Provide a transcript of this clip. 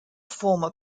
former